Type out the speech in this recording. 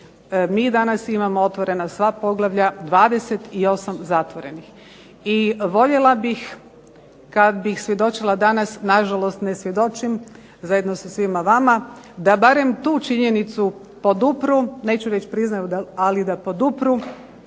Mi danas imamo otvorena sva poglavlja, 28 zatvorenih. I voljela bih kad bih svjedočila danas, na žalost ne svjedočim zajedno sa svima vama, da barem tu činjenicu podupru, neću reći priznaju ali da podupru